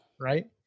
right